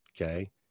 Okay